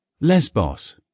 Lesbos